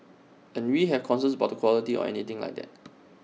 and we have concerns about the quality or anything like that